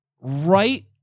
right